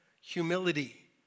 humility